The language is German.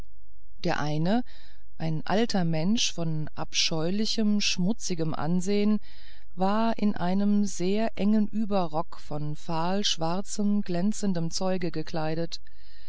der eine ein alter mensch von abscheulichem schmutzigem ansehen war in einen langen sehr engen überrock von fahlschwarzem glänzendem zeuge gekleidet